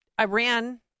Iran